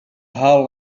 hull